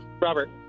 Robert